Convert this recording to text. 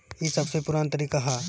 ई सबसे पुरान तरीका हअ